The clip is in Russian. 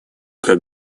как